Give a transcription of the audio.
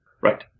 Right